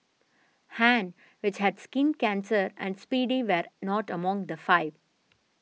Han which had skin cancer and Speedy were not among the five